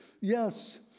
Yes